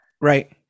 Right